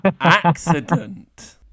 Accident